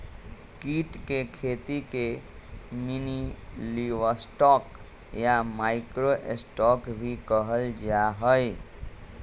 कीट के खेती के मिनीलिवस्टॉक या माइक्रो स्टॉक भी कहल जाहई